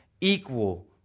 equal